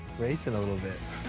racing a little bit.